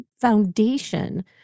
foundation